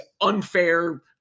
unfair